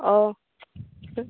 অঁ